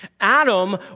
Adam